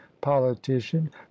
politician